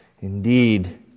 Indeed